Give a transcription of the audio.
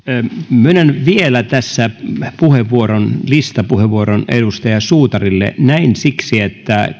myönnän vielä tässä listapuheenvuoron edustaja suutarille näin siksi että